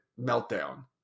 meltdown